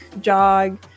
jog